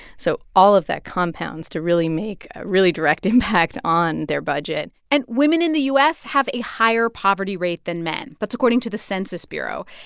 so all of that compounds to really make a really direct impact on their budget and women in the u s. have a higher poverty rate than men. men. that's according to the census bureau.